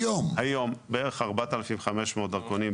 בערך 4,500 דרכונים.